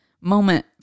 moment